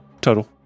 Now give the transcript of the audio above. total